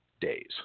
days